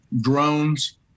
drones